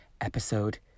episode